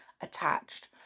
attached